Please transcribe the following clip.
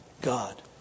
God